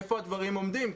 איפה הדברים עומדים.